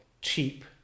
cheap